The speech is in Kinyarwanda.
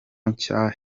nshya